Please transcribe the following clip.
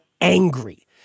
angry